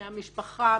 מהמשפחה,